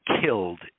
killed